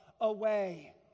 away